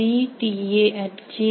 iisctagmail